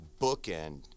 bookend